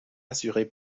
assurée